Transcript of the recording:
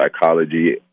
psychology